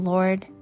Lord